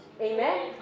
Amen